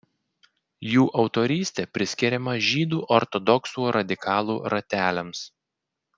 jų autorystė priskiriama žydų ortodoksų radikalų rateliams